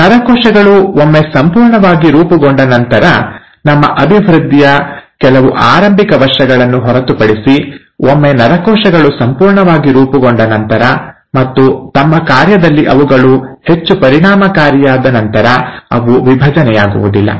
ನರಕೋಶಗಳು ಒಮ್ಮೆ ಸಂಪೂರ್ಣವಾಗಿ ರೂಪುಗೊಂಡ ನಂತರ ನಮ್ಮ ಅಭಿವೃದ್ಧಿಯ ಕೆಲವು ಆರಂಭಿಕ ವರ್ಷಗಳನ್ನು ಹೊರತುಪಡಿಸಿ ಒಮ್ಮೆ ನರಕೋಶಗಳು ಸಂಪೂರ್ಣವಾಗಿ ರೂಪುಗೊಂಡ ನಂತರ ಮತ್ತು ತಮ್ಮ ಕಾರ್ಯದಲ್ಲಿ ಅವುಗಳು ಹೆಚ್ಚು ಪರಿಣಾಮಕಾರಿಯಾದ ನಂತರ ಅವು ವಿಭಜನೆಯಾಗುವುದಿಲ್ಲ